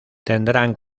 tendrán